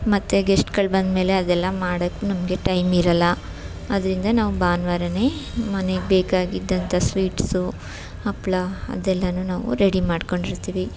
ಮತ್ತೆ ಗೆಸ್ಟ್ಗಳು ಬಂದಮೇಲೆ ಅದೆಲ್ಲ ಮಾಡಕೆ ನಮಗೆ ಟೈಮಿರಲ್ಲ ಆದ್ದರಿಂದ ನಾವು ಭಾನ್ವಾರವೇ ಮನೆಗೆ ಬೇಕಾಗಿದ್ದಂಥ ಸ್ವೀಟ್ಸು ಹಪ್ಪಳ ಅದೆಲ್ಲವು ನಾವು ರೆಡಿ ಮಾಡ್ಕೊಂಡಿರ್ತೀವಿ